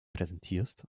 präsentierst